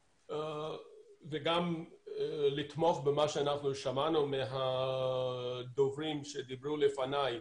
וגם לתמוך במה שאנחנו שמענו מהדוברים שדיברו לפניי.